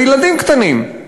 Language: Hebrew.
וילדים קטנים,